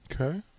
Okay